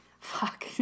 Fuck